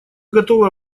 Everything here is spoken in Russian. готовы